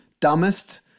dumbest